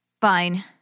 Fine